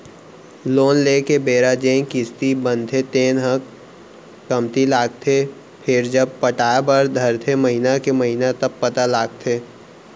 loan लेए के बेरा जेन किस्ती बनथे तेन ह कमती लागथे फेरजब पटाय बर धरथे महिना के महिना तब पता लगथे